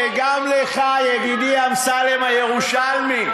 וגם לך, ידידי אמסלם הירושלמי.